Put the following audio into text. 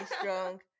strong